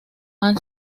han